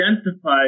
identify